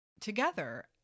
together